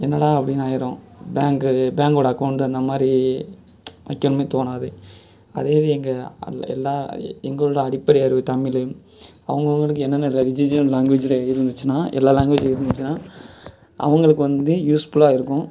என்னடா அப்படின்னு ஆகிரும் பேங்க்கு பேங்க்கோடய அக்கௌண்டு அந்த மாதிரி வைக்கணும்னே தோணாது அதே எங்கள் எல்லா எங்கூரில் அடிப்படை அறிவு தமிழ் அவங்க அவர்களுக்கு என்னென்ன ரிஜிஜினல் லாங்குவேஜில் இருந்துச்சுன்னா எல்லா லாங்குவேஜ் இருந்துச்சுன்னா அவர்களுக்கு வந்து யூஸ்ஃபுல்லாக இருக்கும்